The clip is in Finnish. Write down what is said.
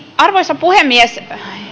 arvoisa puhemies